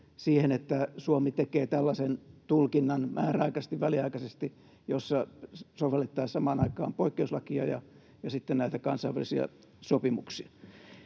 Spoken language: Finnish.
että Suomi tekee tällaisen tulkinnan määräaikaisesti, väliaikaisesti, jossa sovelletaan samaan aikaan poikkeuslakia ja sitten näitä kansainvälisiä sopimuksia.